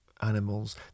animals